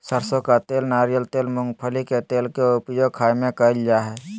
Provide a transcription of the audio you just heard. सरसों का तेल नारियल तेल मूंगफली के तेल के उपयोग खाय में कयल जा हइ